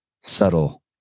subtle